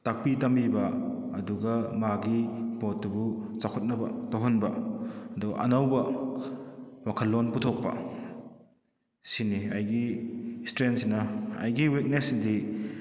ꯇꯥꯛꯄꯤ ꯇꯝꯕꯤꯕ ꯑꯗꯨꯒ ꯃꯥꯒꯤ ꯄꯣꯠꯇꯨꯕꯨ ꯆꯥꯎꯈꯠꯅꯕ ꯇꯧꯍꯟꯕ ꯑꯗꯣ ꯑꯅꯧꯕ ꯋꯥꯈꯜꯂꯣꯟ ꯄꯨꯊꯣꯛꯄ ꯑꯁꯤꯅꯤ ꯑꯩꯒꯤ ꯁ꯭ꯇꯔꯦꯡꯁꯤꯅ ꯑꯩꯒꯤ ꯋꯤꯛꯅꯦꯁꯁꯤꯗꯤ